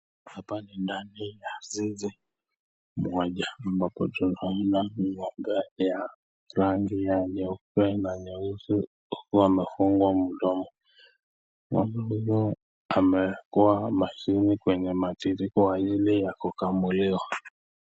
Hapa ni ndani ya zizi moja ambapo tunaona ng'ombe ya rangi ya nyeupe na nyeusi akiwa amefungwa mdomo.Ng'ombe huyu amewekwa mashine kwenye matiti ilikuwa ile ya kukamuliwa.